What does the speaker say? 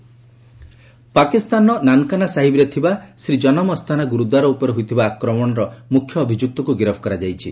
ପାକ୍ ନାନକାନା ସାହିବ ପାକିସ୍ତାନର ନାନକାନା ସାହିବରେ ଥିବା ଶ୍ରୀ ଜନମ ଅସ୍ଥାନା ଗୁରୁଦ୍ୱାର ଉପରେ ହୋଇଥିବା ଆକ୍ରମଣର ମୁଖ୍ୟ ଅଭିଯୁକ୍ତକୁ ଗିରଫ କରାଯାଇଛି